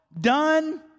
done